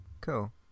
Cool